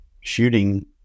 shooting